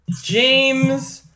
James